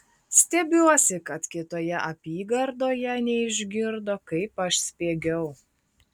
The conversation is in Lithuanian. stebiuosi kad kitoje apygardoje neišgirdo kaip aš spiegiau